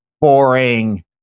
boring